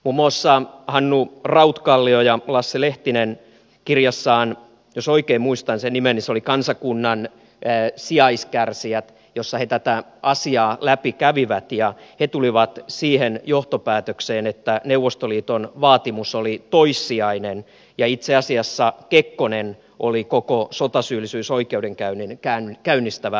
muun muassa hannu rautkallio ja lasse lehtinen kirjassaan jos oikein muistan sen nimen kansakunnan sijaiskärsijät tätä asiaa läpi kävivät ja he tulivat siihen johtopäätökseen että neuvostoliiton vaatimus oli toissijainen ja itse asiassa kekkonen oli koko sotasyyllisyysoikeudenkäynnin käynnistävä voima